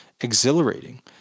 exhilarating